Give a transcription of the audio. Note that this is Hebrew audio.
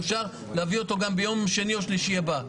ואפשר להביא אותו ביום שני או שלישי הבאים.